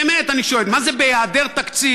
באמת אני שואל, מה זה "בהיעדר תקציב"?